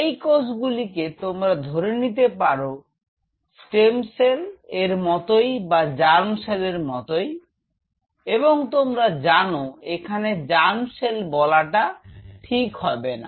এই কোষগুলিকে তোমরা ধরে নিতে পারো স্টেম সেল এর মতই বা জার্ম সেল এর মতই এবং তোমরা জানো এখানে জার্ম সেল বলাটা ঠিক হবে না